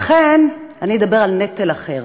לכן אני אדבר על נטל אחר,